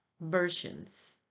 versions